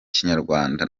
kinyarwanda